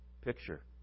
picture